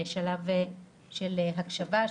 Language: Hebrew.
בשלב של הקשבה,